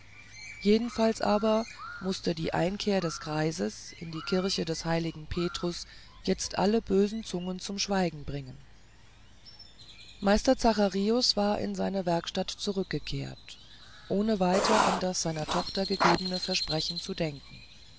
jedenfalls aber mußte die einkehr des greises in die kirche des heiligen petrus jetzt alle bösen zungen zum schweigen bringen meister zacharius war in seine werkstatt zurückgekehrt ohne weiter an das seiner tochter gegebene versprechen zu denken